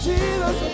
Jesus